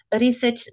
research